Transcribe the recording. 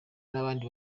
n’abandi